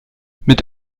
mit